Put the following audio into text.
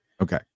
Okay